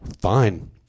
Fine